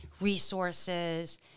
resources